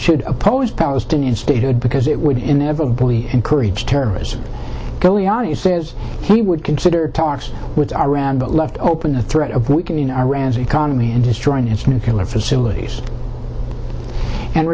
should oppose palestinian statehood because it would inevitably encourage terrorism going on he says he would consider talks with iran but left open the threat of weakening iran's economy and destroying its killer facilities and